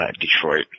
Detroit